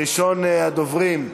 ראשון הדוברים,